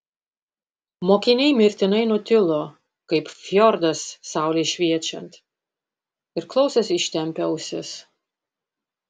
mokiniai mirtinai nutilo kaip fjordas saulei šviečiant ir klausėsi ištempę ausis